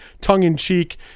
tongue-in-cheek